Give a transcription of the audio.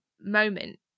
moment